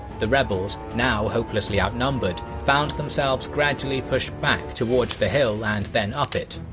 the rebels, now hopelessly outnumbered, found themselves gradually pushed back towards the hill and then up it.